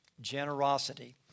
generosity